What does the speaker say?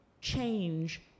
change